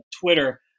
Twitter